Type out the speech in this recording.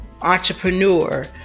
entrepreneur